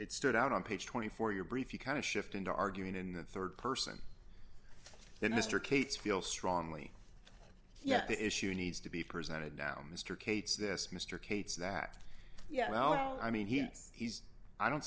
it start out on page twenty four your brief you kind of shift into arguing in the rd person then mr cates feel strongly yes the issue needs to be presented now mr cates this mr cates that yeah well i mean he's he's i don't